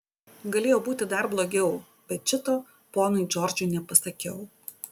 galėjo būti dar blogiau bet šito ponui džordžui nepasakiau